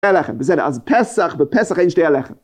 ‫שתי הלחם. ‫בסדר, אז פסח, בפסח אין שתי הלחם.